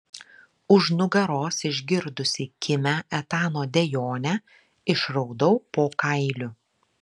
už nugaros išgirdusi kimią etano dejonę išraudau po kailiu